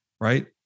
right